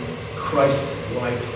Christ-like